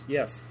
Yes